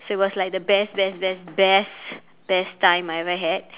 so it was like the best best best best best time I ever had